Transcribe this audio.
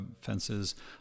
fences